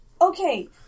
Okay